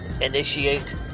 initiate